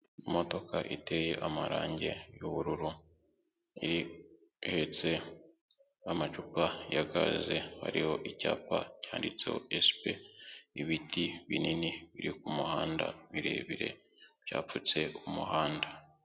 Imodoka iteye amarangi y’ubururu ihetse amacupa ya gaze, hariho icyapa cyanditseho esipe, ibiti binini biri ku muhanda birebire byapfutse umuhanda.